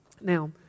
Now